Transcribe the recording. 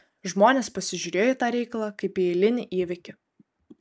žmonės pasižiūrėjo į tą reikalą kaip į eilinį įvykį